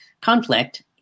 conflict